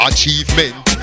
Achievement